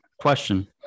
question